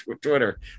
Twitter